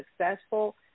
successful